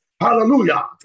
Hallelujah